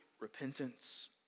repentance